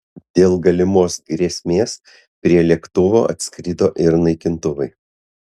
dėl galimos grėsmės prie lėktuvo atskrido ir naikintuvai